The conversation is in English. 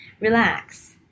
relax